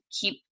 keep